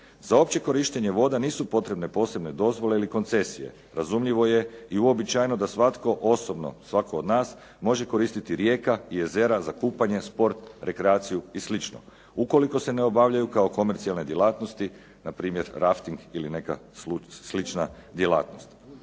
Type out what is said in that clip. Za opće korištenje voda nisu potrebne posebne dozvole ili koncesije. Razumljivo je i uobičajeno da svatko osobno svatko od nas može koristiti rijeka i jezera za kupanje, sport, rekreaciju i slično, ukoliko se ne obavljaju kao komercijalne djelatnosti na primjer rafting ili neka slična djelatnost.